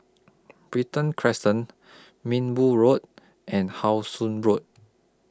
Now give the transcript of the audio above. Brighton Crescent Minbu Road and How Sun Road